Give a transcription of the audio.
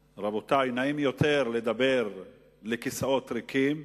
רבותי, נעים יותר לדבר לכיסאות ריקים.